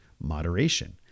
moderation